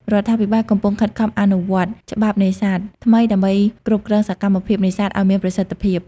រដ្ឋាភិបាលកំពុងខិតខំអនុវត្ត ច្បាប់នេសាទ ថ្មីដើម្បីគ្រប់គ្រងសកម្មភាពនេសាទឱ្យមានប្រសិទ្ធភាព។